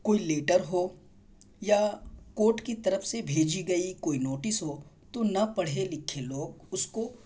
کوئی لیٹر ہو یا کورٹ کی طرف سے بھیجی گئی کوئی نوٹس ہو تو نہ پڑھے لکھے لوگ اس کو